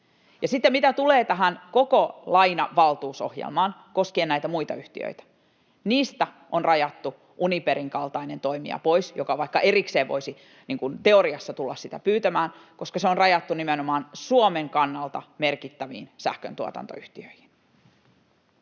Mitä tulee tähän koko lainavaltuusohjelmaan koskien näitä muita yhtiöitä, niistä on rajattu pois Uniperin kaltainen toimija, joka vaikka erikseen voisi teoriassa tulla sitä pyytämään, koska se on rajattu nimenomaan Suomen kannalta merkittäviin sähköntuotantoyhtiöihin.